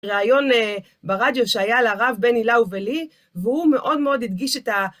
ראיון ברדיו שהיה לרב בני לאו ולי, והוא מאוד מאוד הדגיש את ה...